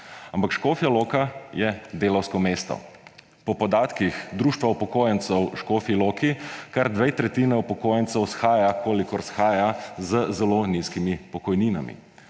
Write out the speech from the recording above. Ampak Škofja Loka je delavsko mesto. Po podatkih Društva upokojencev Škofja Loka kar dve tretjini upokojencev shaja, kolikor shaja, z zelo nizkimi pokojninami.